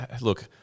look